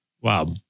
Wow